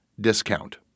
discount